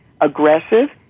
aggressive